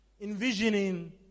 envisioning